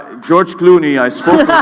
george clooney, i spoke